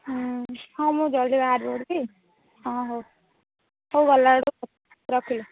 ହଁ ହଉ ମୁଁ ଜଲ୍ଦି ବାହାରି ପଡ଼ୁଛି ହଁ ହଉ ହଉ ଗଲାବେଳକୁ ରଖିଲି